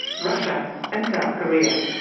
russia and south korea.